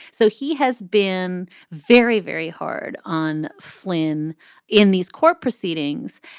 so he has been very, very hard on flynn in these court proceedings.